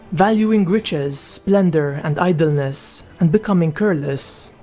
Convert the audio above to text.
valuing riches, spendour and idlenss and becoming careless.